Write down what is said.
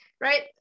Right